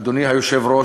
אדוני היושב-ראש,